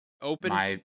Open